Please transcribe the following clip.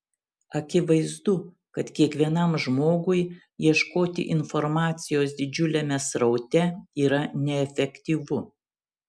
akivaizdu kad kiekvienam žmogui ieškoti informacijos didžiuliame sraute yra neefektyvu